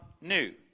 new